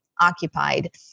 occupied